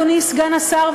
אדוני סגן השר,